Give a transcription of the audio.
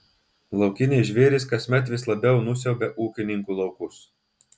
laukiniai žvėrys kasmet vis labiau nusiaubia ūkininkų laukus